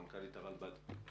מנכ"לית הרלב"ד.